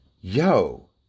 yo